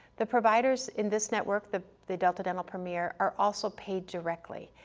the providers in this network, the the delta dental premier are also paid directly,